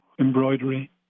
embroidery